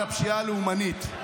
על הפשיעה הלאומנית,